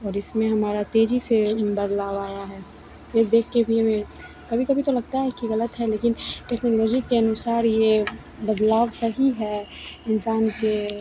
और इसमें हमारा तेज़ी से बदलाव आया है यह देखकर भी हमें कभी कभी तो लगता है कि गलत है लेकिन टेक्नोलॉजी के अनुसार यह बदलाव सही है इंसान के